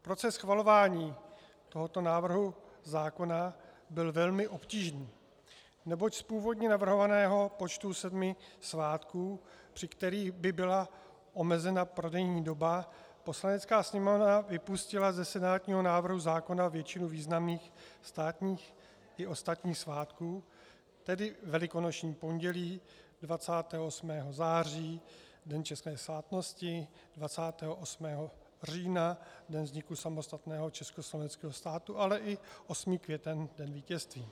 Proces schvalování tohoto návrhu zákona byl velmi obtížný, neboť z původně navrhovaného počtu sedmi svátků, při kterých by byla omezena prodejní doba, Poslanecká sněmovna vypustila ze senátního návrhu zákona většinu významných státních i ostatních svátků, tedy Velikonoční pondělí, 28. září Den české státnosti, 28. října Den vzniku samostatného Československého státu, ale i 8. květen Den vítězství.